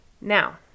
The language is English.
Now